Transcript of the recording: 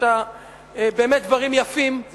באמת דברים יפים,